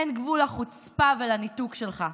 אין גבול לחוצפה ולניתוק שלך.